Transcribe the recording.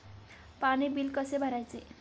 पाणी बिल कसे भरायचे?